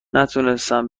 نتونستن